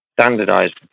standardized